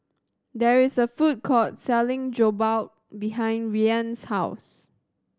there is a food court selling Jokbal behind Rian's house